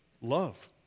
love